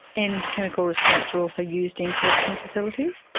and chemical restraints are also used in correctional facilities?